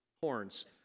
horns